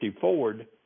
Ford